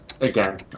again